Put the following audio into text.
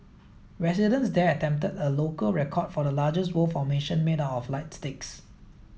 residents there attempted a local record for the largest word formation made up of light sticks